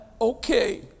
okay